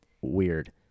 weird